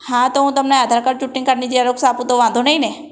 હા તો હું તમને આધાર કાડ ચૂંટણી કાર્ડની ઝેરોક્ષ આપું તો વાંધો નહીં ને